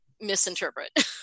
misinterpret